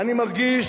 אני מרגיש,